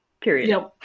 Period